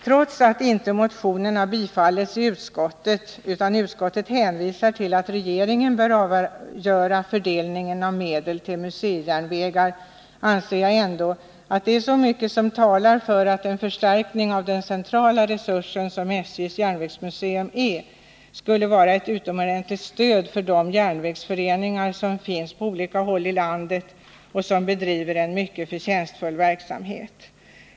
Trots att motionen inte har bifallits i utskottet, utan utskottet hänvisar till att regeringen bör avgöra fördelningen av medel till museijärnvägar, anser jag ändå att mycket talar för att en förstärkning av den centrala resurs som SJ:s järnvägsmuseum är skulle vara ett utomordentligt stöd för de järnvägsföreningar som finns på olika håll i landet och som bedriver en mycket förtjänstfull verksamhet.